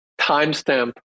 timestamp